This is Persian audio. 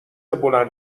بلند